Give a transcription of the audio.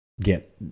get